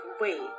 wait